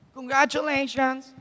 Congratulations